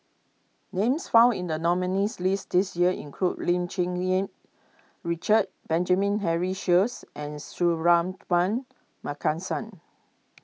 names found in the nominees' list this year include Lim Cherng Yih Richard Benjamin Henry Sheares and Suratman Markasan